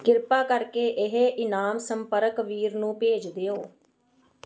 ਕਿਰਪਾ ਕਰਕੇ ਇਹ ਇਨਾਮ ਸੰਪਰਕ ਵੀਰ ਨੂੰ ਭੇਜ ਦਿਓ